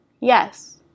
yes